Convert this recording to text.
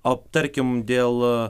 o tarkim dėl